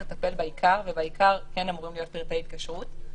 לטפל בעיקר ובעיקר כן אמורים להיות פרטי התקשרות,